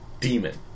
demon